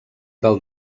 del